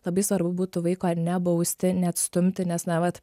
labai svarbu būtų vaiko nebausti neatstumti nes na vat